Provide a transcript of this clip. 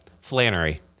Flannery